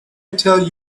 tell